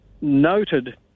noted